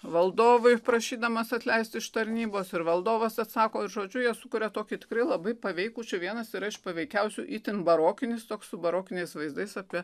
valdovui prašydamas atleisti iš tarnybos ir valdovas atsako žodžiu jie sukuria tokį tikrai labai paveikų čia vienas iš paveikiausių itin barokinis toks su barokiniais vaizdais apie